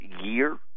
year